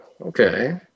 Okay